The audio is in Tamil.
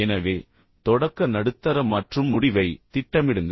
எனவே தொடக்க நடுத்தர மற்றும் முடிவை திட்டமிடுங்கள்